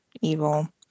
evil